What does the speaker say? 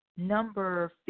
Number